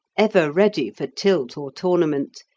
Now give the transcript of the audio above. ever ready for tilt or tournament,